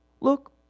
Look